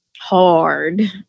hard